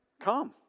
come